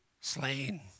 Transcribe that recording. slain